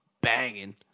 banging